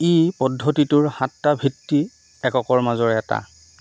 ই পদ্ধতিটোৰ সাতটা ভিত্তি এককৰ মাজৰ এটা